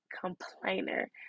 complainer